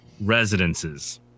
residences